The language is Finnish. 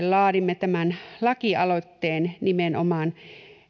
laadimme tämän lakialoitteen nimenomaan